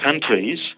countries